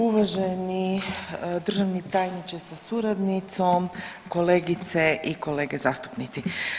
Uvaženi državni tajniče sa suradnicom, kolegice i kolege zastupnici.